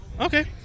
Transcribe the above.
Okay